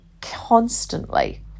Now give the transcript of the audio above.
constantly